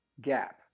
gap